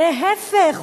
להיפך,